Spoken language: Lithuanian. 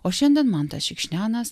o šiandien mantas šikšnianas